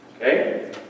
Okay